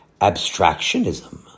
abstractionism